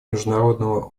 международного